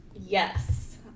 Yes